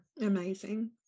amazing